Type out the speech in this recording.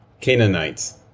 Canaanites